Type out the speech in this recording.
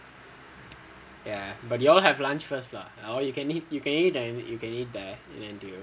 ya but you all have lunch first lah or you can eat you can eat at you can eat there in